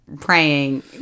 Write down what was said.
praying